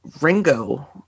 Ringo